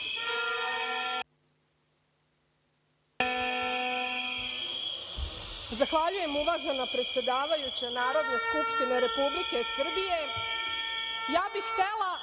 Zahvaljujem uvažena predsedavajuća Narodne skupštine Republike Srbije. Htela bih da